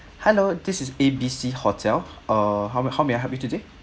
hello this is A B C hotel uh how how may I help you today